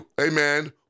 amen